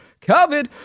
COVID